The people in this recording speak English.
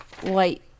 white